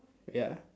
ya